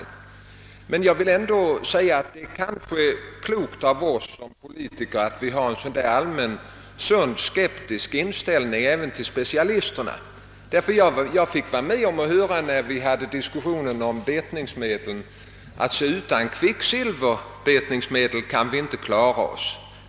Ändå menar jag att det i allmänhet kan vara klokt av oss som politiker att ha en sunt skeptisk inställning till specialisterna. När vi förde diskussionen om betningsmedel sades det: >Utan kvicksilverbetningsmedel kan vi inte klara oss.